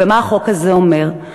ומה החוק הזה אומר?